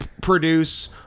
produce